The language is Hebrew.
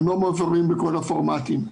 הם לא מועברים בכל הפורמטים.